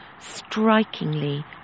strikingly